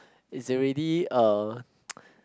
is already uh